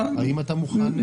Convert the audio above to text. האם אתה מוכן?